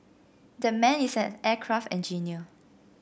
that man is an aircraft engineer